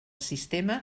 sistema